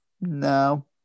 No